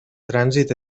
trànsit